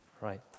Right